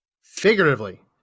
Figuratively